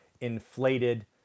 inflated